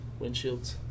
windshields